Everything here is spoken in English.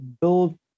Build